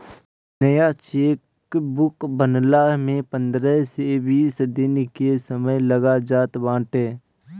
नया चेकबुक बनला में पंद्रह से बीस दिन के समय लाग जात बाटे